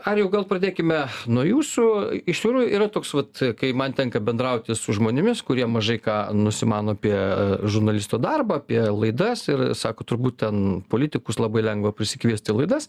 ar jau gal pradėkime nuo jūsų iš tikrųjų yra toks vat kai man tenka bendrauti su žmonėmis kurie mažai ką nusimano apie žurnalisto darbą apie laidas ir sako turbūt ten politikus labai lengva prisikviest į laidas